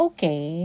Okay